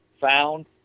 found